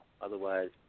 Otherwise